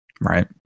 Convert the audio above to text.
right